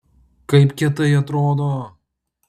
kaip kietai atrodo